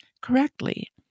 correctly